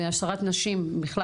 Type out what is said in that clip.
נציגי משרד המשפטים והמשטרה,